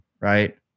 right